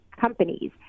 companies –